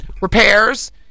Repairs